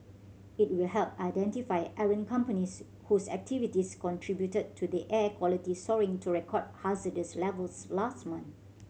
it will help identify errant companies whose activities contributed to the air quality soaring to record hazardous levels last month